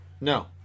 No